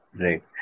Right